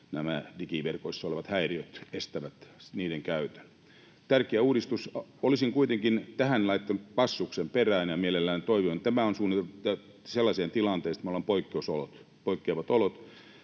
nämä digiverkoissa olevat häiriöt estävät niiden käytön. Tärkeä uudistus. Olisin kuitenkin tähän laittanut passuksen perään ja mielellään toiveen: Tämä on suunniteltu sellaiseen tilanteeseen, että meillä on poikkeusolot, poikkeavat olot,